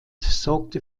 sorgte